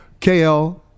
KL